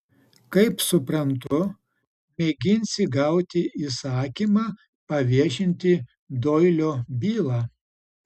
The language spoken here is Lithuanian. kaip suprantu mėginsi gauti įsakymą paviešinti doilio bylą